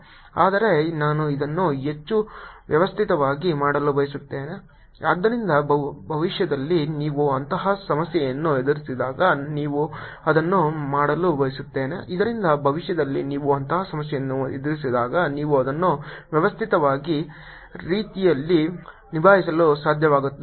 ಆದರೆ ನಾನು ಇದನ್ನು ಹೆಚ್ಚು ವ್ಯವಸ್ಥಿತವಾಗಿ ಮಾಡಲು ಬಯಸುತ್ತೇನೆ ಇದರಿಂದ ಭವಿಷ್ಯದಲ್ಲಿ ನೀವು ಅಂತಹ ಸಮಸ್ಯೆಯನ್ನು ಎದುರಿಸಿದಾಗ ನೀವು ಅದನ್ನು ವ್ಯವಸ್ಥಿತ ರೀತಿಯಲ್ಲಿ ನಿಭಾಯಿಸಲು ಸಾಧ್ಯವಾಗುತ್ತದೆ